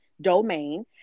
domain